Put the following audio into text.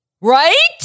Right